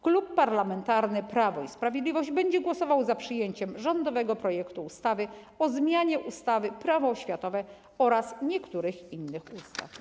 Klub Parlamentarny Prawo i Sprawiedliwość będzie głosował za przyjęciem rządowego projektu ustawy o zmianie ustawy - Prawo oświatowe oraz niektórych innych ustaw.